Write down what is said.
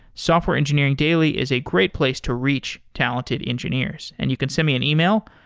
software engineering daily is a great place to reach talented engineers, and you can send me an email,